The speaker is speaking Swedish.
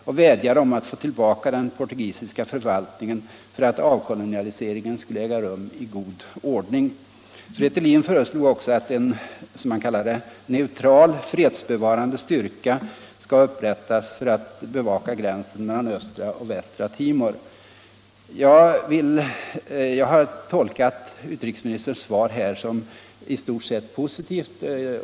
Man vädjade om att få tillbaka den portugisiska förvaltningen för att avkolonialiseringen skulle kunna äga rum under god ordning. Fretilin föreslog också att en, som man kallade den, ”neutral fredsbevarande styrka” skulle upprättas för att bevaka gränsen mellan östra och västra Timor. Jag har tolkat utrikesministerns svar som i stort sett positivt.